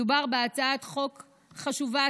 מדובר בהצעת חוק חשובה,